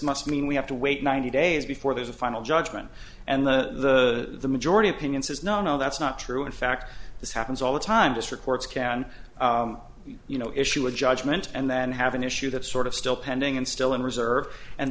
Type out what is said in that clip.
must mean we have to wait ninety days before there's a final judgment and the majority opinion says no no that's not true in fact this happens all the time district courts can you know issue a judgment and then have an issue that sort of still pending and still in reserve and